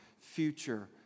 future